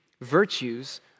virtues